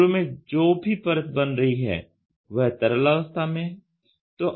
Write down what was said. शुरू में जो भी परत बन रही है वह तरल अवस्था में है